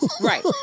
Right